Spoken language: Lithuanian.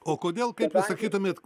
o kodėl kaip jūs sakytumėt